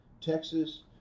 texas